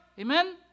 Amen